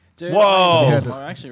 Whoa